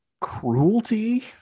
cruelty